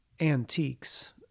antiques